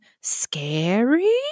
scary